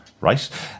right